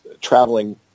traveling